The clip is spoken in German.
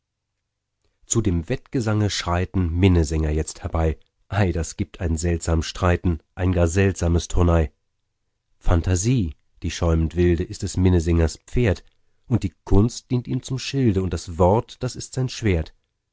zu dem wettgesange schreiten minnesänger jetzt herbei ei das gibt ein seltsam streiten ein gar seltsames turnei phantasie die schäumend wilde ist des minnesängers pferd und die kunst dient ihm zum schilde und das wort das ist sein schwert